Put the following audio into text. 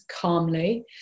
calmly